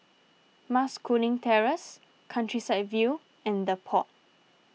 Mas Kuning Terrace Countryside View and the Pod